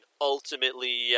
ultimately